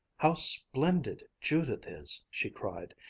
how splendid judith is! she cried,